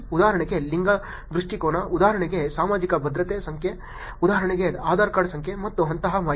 ಉದಾಹರಣೆಗೆ ಲಿಂಗ ದೃಷ್ಟಿಕೋನ ಉದಾಹರಣೆಗೆ ಸಾಮಾಜಿಕ ಭದ್ರತೆ ಸಂಖ್ಯೆ ಉದಾಹರಣೆಗೆ ಆಧಾರ್ ಕಾರ್ಡ್ ಸಂಖ್ಯೆ ಮತ್ತು ಅಂತಹ ಮಾಹಿತಿ